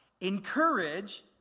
encourage